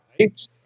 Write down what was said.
Right